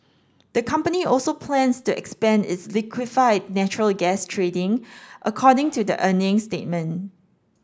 the company also plans to expand its liquefied natural gas trading according to the earnings statement